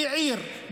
בעיר,